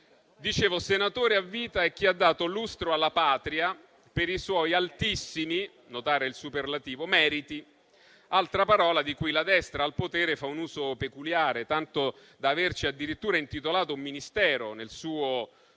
Nazione. Senatore a vita è chi ha dato lustro alla Patria per i suoi altissimi meriti: notare il superlativo. Ecco un'altra parola di cui la destra al potere fa un uso peculiare, tanto da averci addirittura intitolato un Ministero, nella sua *vis*